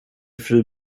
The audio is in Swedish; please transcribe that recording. fru